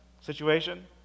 situation